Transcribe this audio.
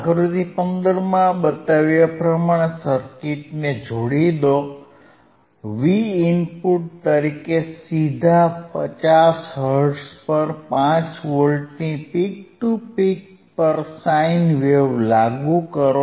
આકૃતિ 15 માં બતાવ્યા પ્રમાણે સર્કિટને જોડી દો Vin તરીકે સીધા 50 હર્ટ્ઝ પર 5 વોલ્ટની પીક ટુ પીક પર સાઇન વેવ લાગુ કરો